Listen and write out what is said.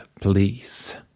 please